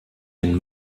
den